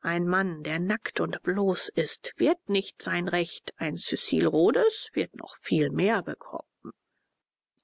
ein mann der nackt und bloß ist wird nicht sein recht ein cecil rhodes wird noch viel mehr bekommen